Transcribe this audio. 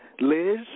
Liz